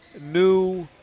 new –